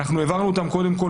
העברנו אותם קודם כול,